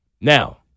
Now